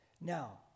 Now